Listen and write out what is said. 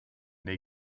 they